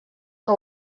que